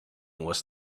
was